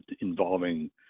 involving